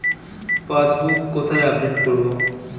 Passbook কোথায় update করব?